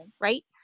right